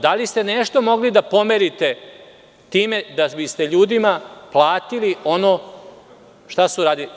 Da li ste nešto mogli da pomerite time da bi ste ljudima platili ono šta su radili?